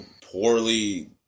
poorly